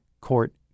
court